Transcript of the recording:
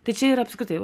tai čia ir apskritai